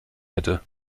hätte